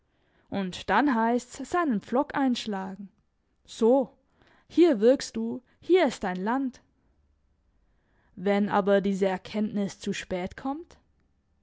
und dann heisst's seinen pflock einschlagen so hier wirkst du hier ist dein land wenn aber diese erkenntnis zu spät kommt